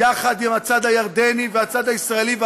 יחד עם הצד הירדני והצד הישראלי,